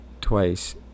twice